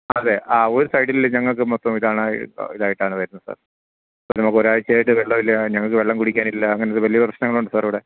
അതെ ആ ഒരു സൈഡിൽ ഞങ്ങക്ക് മൊത്തം ഇതാണ് ഇതായിട്ടാണ് വരുന്നത് സാർ ഇപ്പം നമുക്ക് ഒരാഴ്ചയായിട്ട് വെള്ളമില്ല ഞങ്ങൾക്ക് വെള്ളം കുടിക്കാനില്ല അങ്ങനെത്തെ വലിയ പ്രശ്നങ്ങളുണ്ട് സാർ ഇവിടെ